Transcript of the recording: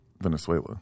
Venezuela